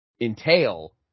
entail